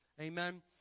Amen